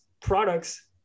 products